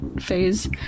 phase